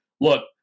Look